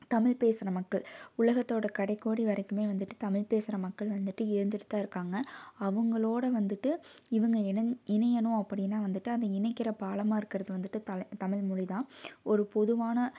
தமிழ் பேசுகிற மக்கள் உலகத்தோடய கடைக்கோடி வரைக்கும் வந்துட்டு தமிழ் பேசுற மக்கள் வந்துட்டு இருந்துகிட்டு தான் இருக்காங்க அவங்களோடு வந்துட்டு இவங்க எணங் இணையனும் அப்படின்னா வந்துட்டு அந்த இணைக்கின்ற பாலாமாக இருக்கிறது வந்துட்டு தல தமிழ்மொழி தான் ஒரு பொதுவான